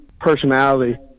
personality